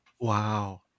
Wow